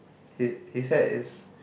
his his hair is